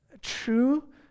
True